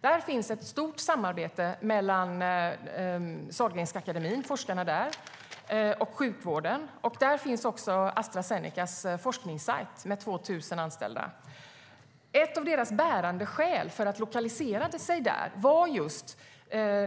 Där finns ett stort samarbete mellan forskarna vid Sahlgrenska akademin och sjukvården. Där finns också Astra Zenecas forskningssajt med 2 000 anställda. Ett av deras bärande skäl till lokaliseringen där var just